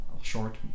short